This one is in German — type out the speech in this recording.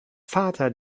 vater